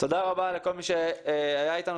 תודה רבה לכל מי שהיה איתנו,